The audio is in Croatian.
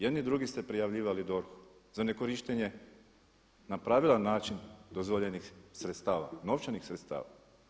Jedni i drugi ste prijavljivali DORH-u za nekorištenje na pravilan način dozvoljenih sredstava, novčanih sredstava.